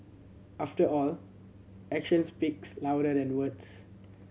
after all actions speaks louder than words